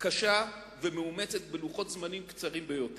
קשה ומאומצת בלוחות זמנים קצרים ביותר.